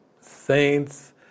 saints